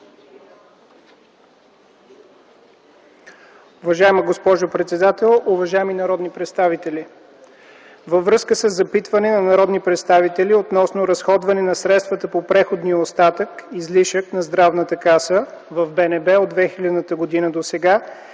Уважаема госпожо председател, уважаеми народни представители! Във връзка със запитване на народни представители относно разходване на средствата по преходния остатък, излишък на Здравната каса в БНБ от 2000 г. досега